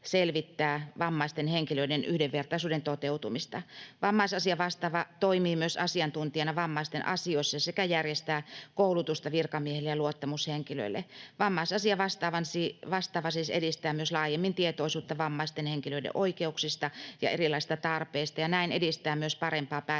vammaisten henkilöiden yhdenvertaisuuden toteutumista. Vammaisasia-vastaava toimisi myös asiantuntijana vammaisten asioissa sekä järjestäisi koulutusta virkamiehille ja luottamushenkilöille. Vammaisasiavastaava siis edistäisi myös laajemmin tietoisuutta vammaisten henkilöiden oikeuksista ja erilaisista tarpeista ja näin edistäisi myös parempaa päätöksentekoa,